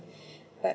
but